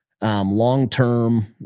long-term